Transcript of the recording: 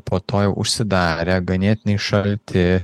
po to jau užsidarę ganėtinai šalti